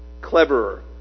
cleverer